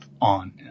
on